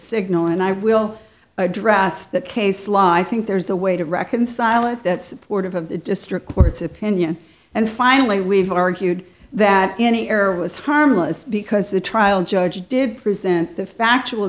signal and i will address that case law i think there's a way to reconcile it that supportive of the district court's opinion and finally we've argued that any error was harmless because the trial judge did present the factual